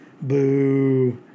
boo